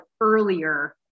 earlier